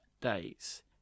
days